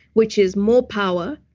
which is more power,